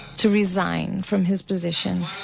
to resign from his position,